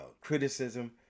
criticism